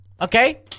okay